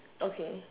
okay